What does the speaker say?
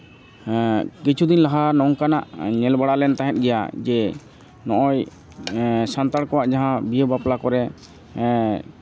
ᱠᱤᱪᱷᱩ ᱫᱤᱱ ᱞᱟᱦᱟ ᱱᱚᱝᱠᱟᱱᱟᱜ ᱧᱮᱞ ᱵᱟᱲᱟ ᱞᱮᱱ ᱛᱟᱦᱮᱸᱫ ᱜᱮᱭᱟ ᱡᱮ ᱱᱚᱜᱼᱚᱭ ᱥᱟᱱᱛᱟᱲ ᱠᱚᱣᱟᱜ ᱡᱟᱦᱟᱸ ᱵᱤᱦᱟᱹ ᱵᱟᱯᱞᱟ ᱠᱚᱨᱮᱫ